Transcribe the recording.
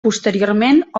posteriorment